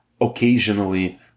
occasionally